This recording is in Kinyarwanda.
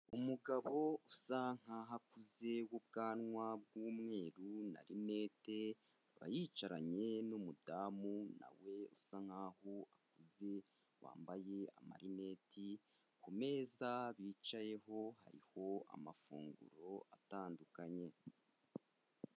Umugabo usa nk'aho akuze w'ubwanwa bw'umweru na rinete, akaba yicaranye n'umudamu na we usa nk'aho akuze wambaye amarinete, ku meza bicayeho hariho amafunguro atandukanye.